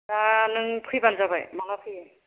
दा नों फैबानो जाबाय माला फैयो